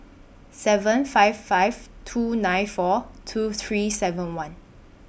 seven five five two nine four two three seven one